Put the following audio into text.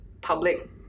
public